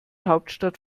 hauptstadt